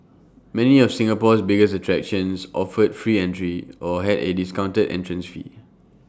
many of Singapore's biggest attractions offered free entry or had A discounted entrance fee